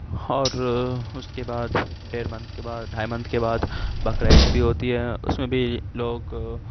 اور اس کے بعد ڈیڑھ منتھ کے بعد ڈھائی منتھ کے بعد بقرا عید بھی ہوتی ہے اس میں بھی لوگ